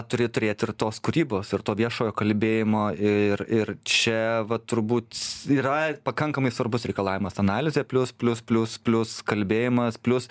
turi turėt ir tos kūrybos ir to viešojo kalbėjimo ir ir čia va turbūt yra pakankamai svarbus reikalavimas analizė plius plius plius plius kalbėjimas plius